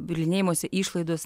bylinėjimosi išlaidos